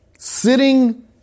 sitting